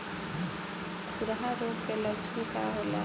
खुरहा रोग के लक्षण का होला?